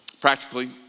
Practically